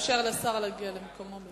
נאפשר לשר להגיע למקומו.